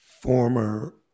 former